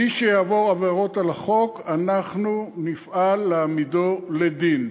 מי שיעבור עבירות על החוק נפעל להעמידו לדין.